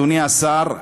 אדוני השר,